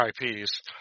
IPs